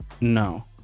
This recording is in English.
No